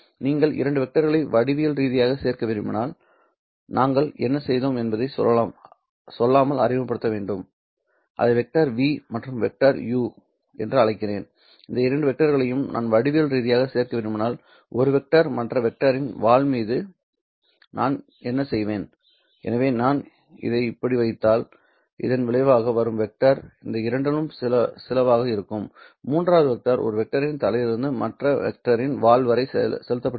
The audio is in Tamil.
நீங்கள் இரண்டு வெக்டர்களை வடிவியல் ரீதியாக சேர்க்க விரும்பினால் நாங்கள் என்ன செய்தோம் என்பதை சொல்லாமல் அறிமுகப்படுத்த வேண்டும் இதை வெக்டர் 'v மற்றும் வெக்டர் 'u என்று அழைக்கிறேன் இந்த இரண்டு வெக்டர்களையும் நான் வடிவியல் ரீதியாக சேர்க்க விரும்பினால் ஒரு வெக்டர் மற்ற வெக்டரின் வால் மீது நான் என்ன செய்வேன் எனவே நான் இதை இப்படி வைத்தால் இதன் விளைவாக வரும் வெக்டர் இந்த இரண்டில் சிலவாக இருக்கும் மூன்றாவது வெக்டர் ஒரு வெக்டரின் தலையிலிருந்து மற்ற வெக்டரின் வால் வரை செலுத்தப்படுகிறது